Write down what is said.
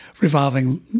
revolving